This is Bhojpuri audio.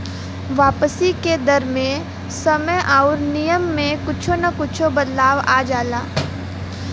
वापसी के दर मे समय आउर नियम में कुच्छो न कुच्छो बदलाव आ जाला